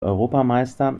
europameister